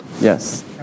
Yes